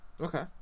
Okay